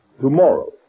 tomorrow